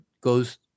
goes